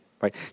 right